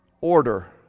order